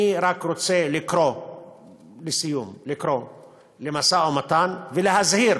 אני רק רוצה לסיום לקרוא למשא-ומתן ולהזהיר